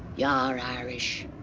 yeah are irish.